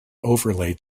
overlay